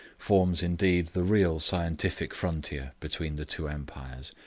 forms indeed the real scientific frontier between the two empires,